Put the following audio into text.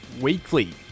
weekly